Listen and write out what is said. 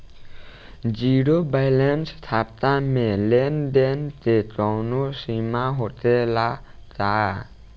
Zero balance खाता में लेन देन के कवनो सीमा होखे ला का?